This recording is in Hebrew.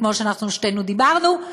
כמו ששתינו דיברנו,